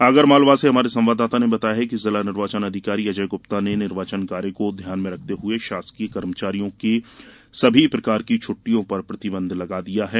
आगरमालवा से हमारे संवाददाता ने बताया है कि जिला निर्वाचन अधिकारी अजय गुप्ता ने निर्वाचन कार्य को ध्यान में रखते हुए शासकीय कर्मचारियों के सभी प्रकार की छुट्टियों पर प्रतिबंध लगा दिया है